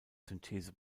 synthese